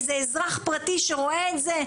איזה אזרח פרטי שרואה את זה,